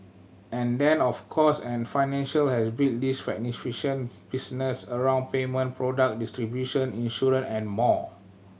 and then of course and Financial has built this magnificent business around payment product distribution insurance and more